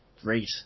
great